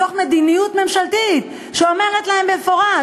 מתוך מדיניות ממשלתית שאומרת להם במפורש: